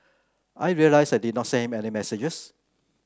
I realised I did not send him any messages